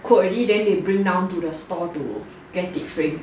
quote already then they bring down to the store to get it frame